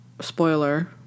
spoiler